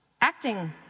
Acting